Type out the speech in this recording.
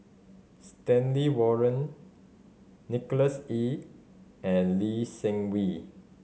Stanley Warren Nicholas Ee and Lee Seng Wee